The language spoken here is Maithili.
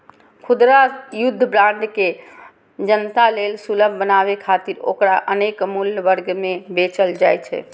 खुदरा युद्ध बांड के जनता लेल सुलभ बनाबै खातिर ओकरा अनेक मूल्य वर्ग मे बेचल जाइ छै